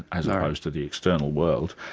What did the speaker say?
as ah opposed to the external world,